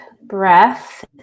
breath